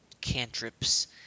cantrips